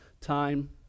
time